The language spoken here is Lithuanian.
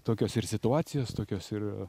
tokios situacijos tokios ir